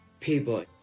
People